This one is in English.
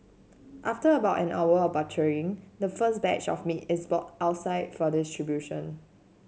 after about an hour of butchering the first batch of meat is brought outside for distribution